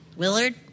Willard